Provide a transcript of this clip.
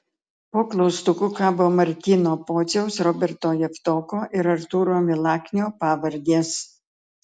po klaustuku kabo martyno pociaus roberto javtoko ir artūro milaknio pavardės